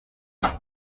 gihugu